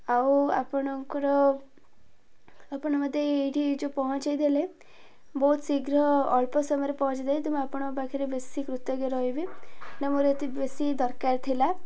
ଆଉ ଆପଣଙ୍କର ଆପଣ ମୋତେ ଏଇଠି ଯେଉଁ ପହଞ୍ଚେଇଦେଲେ ବହୁତ ଶୀଘ୍ର ଅଳ୍ପ ସମୟରେ ପହଞ୍ଚିଦେଲେ ତ ମୁଁ ଆପଣଙ୍କ ପାଖରେ ବେଶୀ କୃତଜ୍ଞ ରହିବି ନା ମୋର ଏତେ ବେଶୀ ଦରକାର ଥିଲା